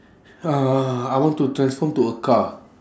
uh I want to transform to a car